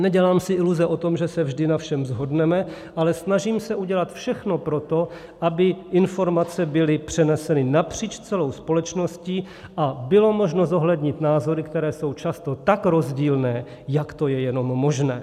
Nedělám si iluze, že se vždy na všem shodneme, ale snažím se udělat všechno pro to, aby informace byly přeneseny napříč celou společností a bylo možno zohlednit názory, které jsou často tak rozdílné, jak to je jenom možné.